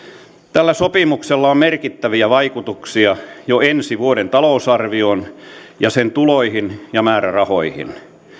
tällä sopimuksella on merkittäviä vaikutuksia jo ensi vuoden talousarvioon ja sen tuloihin ja määrärahoihin